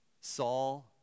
Saul